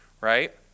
right